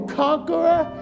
conqueror